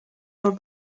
you